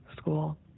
school